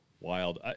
Wild